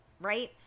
right